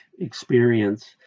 experience